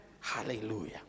hallelujah